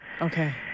Okay